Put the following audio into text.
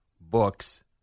books